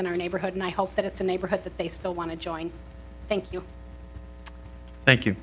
in our neighborhood and i hope that it's a neighborhood that they still want to join thank you thank you